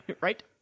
Right